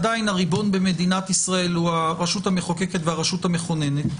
עדיין הריבון במדינת ישראל הוא הרשות המחוקקת והרשות המכוננות.